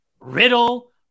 Riddle